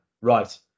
right